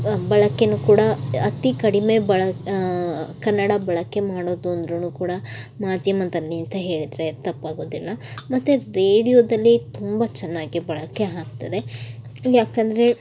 ಬಳಕೆನೂ ಕೂಡ ಅತಿ ಕಡಿಮೆ ಬಳ ಕನ್ನಡ ಬಳಕೆ ಮಾಡೋದು ಅಂದ್ರೂ ಕೂಡ ಮಾಧ್ಯಮದಲ್ಲಿ ಅಂತ ಹೇಳಿದರೆ ತಪ್ಪಾಗೋದಿಲ್ಲ ಮತ್ತು ರೇಡಿಯೊದಲ್ಲಿ ತುಂಬ ಚೆನ್ನಾಗಿ ಬಳಕೆ ಆಗ್ತದೆ ಏಕಂದ್ರೆ